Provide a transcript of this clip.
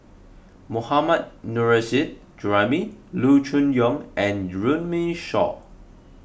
Mohammad Nurrasyid Juraimi Loo Choon Yong and Runme Shaw